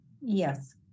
Yes